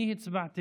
אני הצבעתי